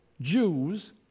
Jews